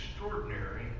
extraordinary